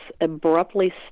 abruptly